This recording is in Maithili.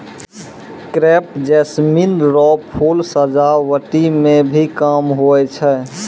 क्रेप जैस्मीन रो फूल सजावटी मे भी काम हुवै छै